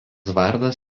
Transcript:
vardas